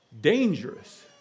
dangerous